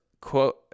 quote